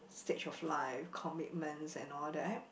stage of life commitments and all that